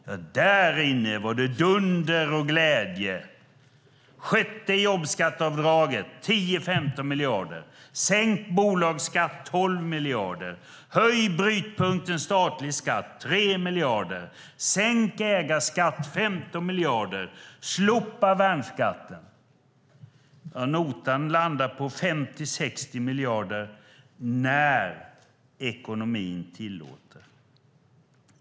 Jo, därinne var det dunder och glädje: ett sjätte jobbskatteavdrag, 10-15 miljarder, sänkt bolagsskatt, 12 miljarder, höjd brytpunkt för statlig skatt, 3 miljarder, sänkt ägarskatt, 15 miljarder och slopad värnskatt. Notan landar på 50-60 miljarder - när ekonomin tillåter.